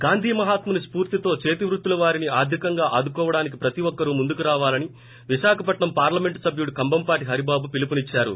గాంధి మహాత్ముని స్పూర్తితో చేతివృత్తుల వారిని ఆర్గికంగా ఆదుకోవడానికి ప్రతీఒక్కరు ముందుకు రావాలని భై విశాఖపట్సం పార్లమెంటు సభ్యడు కంభంపాటి హరిబాబు పిలుపునిచ్చారు